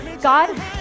God